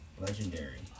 Legendary